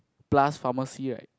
plus pharmacy right